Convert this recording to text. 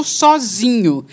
sozinho